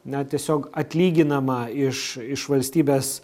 na tiesiog atlyginama iš iš valstybės